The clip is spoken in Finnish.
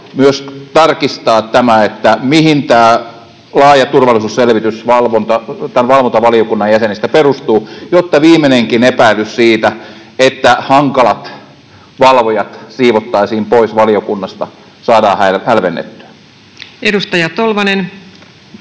myös tarkistaa tämä, mihin tämä laaja turvallisuusselvitys tämän valvontavaliokunnan jäsenistä perustuu, jotta viimeinenkin epäilys siitä, että hankalat valvojat siivottaisiin pois valiokunnasta, saadaan hälvennettyä. Arvoisa rouva